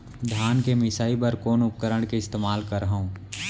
धान के मिसाई बर कोन उपकरण के इस्तेमाल करहव?